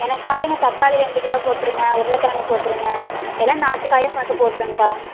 எனக்கு பாருங்கள் தக்காளி ரெண்டு கிலோ போட்டுருங்க உருளைக்கெழங்கு போட்டுருங்க எல்லாம் நாட்டு காயாக பார்த்து போட்டுடுங்க்கா